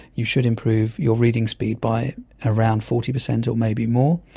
you should improve your reading speed by around forty percent or maybe more,